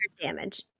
damage